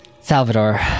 Salvador